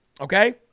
Okay